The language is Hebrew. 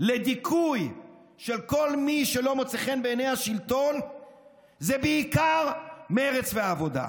לדיכוי של כל מי שלא מוצא חן בעיני השלטון זה בעיקר מרצ והעבודה,